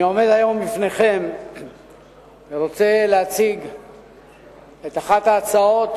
אני עומד היום בפניכם ורוצה להציג את אחת ההצעות